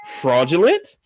fraudulent